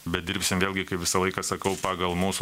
bet dirbsim vėlgi kaip visą laiką sakau pagal mūsų